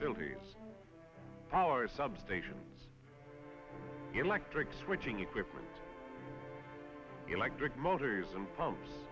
filthy power substation electric switching equipment electric motors and pumps